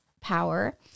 power